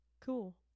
Cool